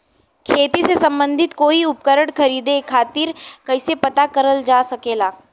खेती से सम्बन्धित कोई उपकरण खरीदे खातीर कइसे पता करल जा सकेला?